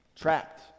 trapped